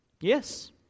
Yes